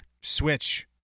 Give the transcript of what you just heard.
switch